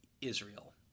Israel